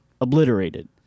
obliterated